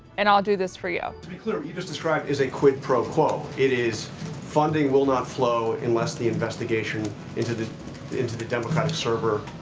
and i'll do this for you. to be clear, what you just described is a quid pro quo. it is funding will not flow unless the investigation into the into the democratic server